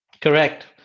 Correct